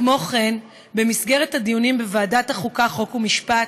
כמו כן, במסגרת הדיונים בוועדת החוקה, חוק ומשפט,